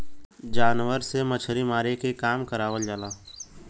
जानवर से मछरी मारे के काम करावल जाला